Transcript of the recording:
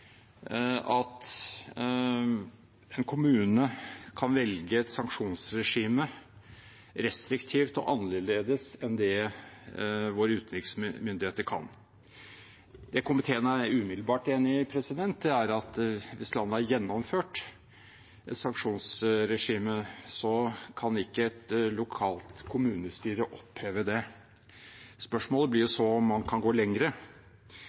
at en kommune kan velge et sanksjonsregime restriktivt og annerledes enn det våre utenriksmyndigheter kan. Det komiteen umiddelbart er enig i, er at hvis landet har gjennomført et sanksjonsregime, kan ikke et lokalt kommunestyre oppheve det. Spørsmålet blir så om man kan gå